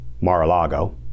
Mar-a-Lago